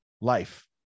life